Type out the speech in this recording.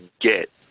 get